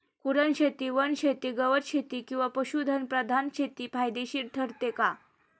कुरणशेती, वनशेती, गवतशेती किंवा पशुधन प्रधान शेती फायदेशीर ठरते का?